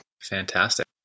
fantastic